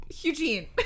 Eugene